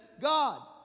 God